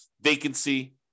vacancy